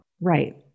Right